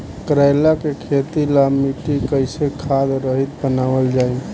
करेला के खेती ला मिट्टी कइसे खाद्य रहित बनावल जाई?